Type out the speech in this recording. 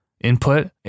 input